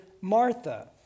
Martha